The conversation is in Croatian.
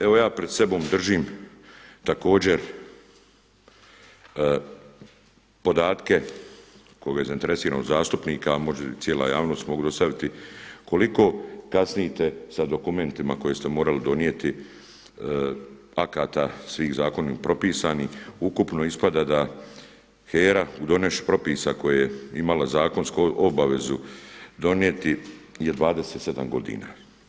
Evo ja pred sobom držim također podatke tko je zainteresiran od zastupnika, a možda i cijela javnost mogu dostaviti, koliko kasnite sa dokumentima koje ste morali donijeti, akata svih zakonom propisanih, ukupno ispada da HERA u … propisa koje je imala zakonsku obavezu donijeti je 27 godina.